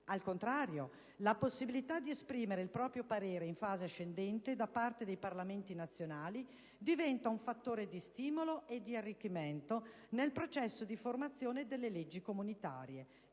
Al contrario, la possibilità di esprimere il proprio parere in fase ascendente da parte dei Parlamenti nazionali diventa un fattore di stimolo e di arricchimento nel processo di formazione delle leggi comunitarie.